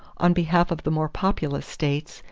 on behalf of the more populous states,